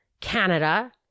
Canada